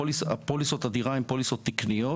פוליסות הדירה הן פוליסות תקניות